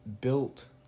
built